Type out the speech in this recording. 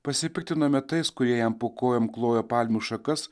pasipiktinome tais kurie jam po kojom klojo palmių šakas